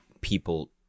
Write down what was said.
people